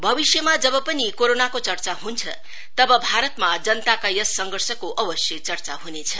भविष्यमा जब पनि कोरोनाको चर्चा हुन्छ तब भारतमा जनताका यस संघर्षको अवश्यै चर्चा हुनेछ